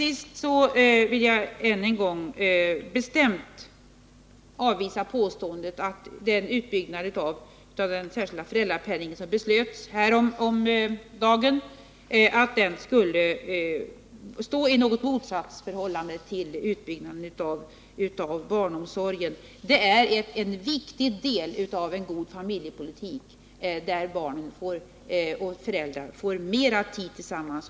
Jag vill än en gång bestämt avvisa påståendet att den utbyggnad av den särskilda föräldrapenningen som beslöts häromdagen skulle stå i något motsatsförhållande till utbyggnaden av barnomsorgen. Den reformen är en viktig del av en god familjepolitik, där barn och föräldrar får mer tid tillsammans.